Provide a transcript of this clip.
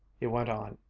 he went on,